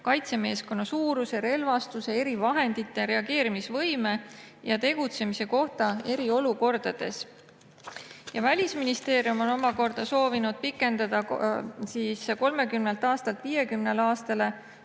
kaitsemeeskonna suuruse, relvastuse ja erivahendite, reageerimisvõime ja tegutsemise kohta eriolukordades. Välisministeerium on omakorda soovinud pikendada 30 aastalt 50 aastale